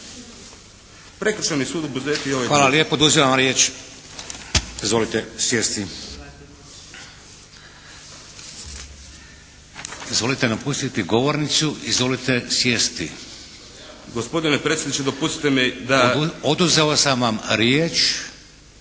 Hvala lijepo. Oduzimam vam riječ. Izvolite sjesti. Izvolite napustiti govornicu, izvolite sjesti. **Kajin, Damir